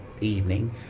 evening